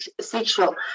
sexual